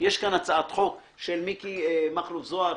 יש כאן הצעת חוק של מיקי מכלוף זוהר,